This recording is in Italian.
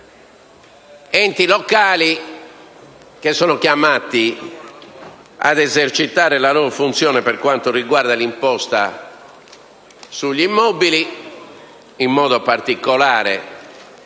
Governo, e che sono chiamati ad esercitare la loro funzione per quanto riguarda l'imposta sugli immobili, in modo particolare